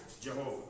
Jehovah